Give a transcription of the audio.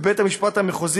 בבית המשפט המחוזי